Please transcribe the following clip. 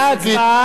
שגית,